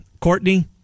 Courtney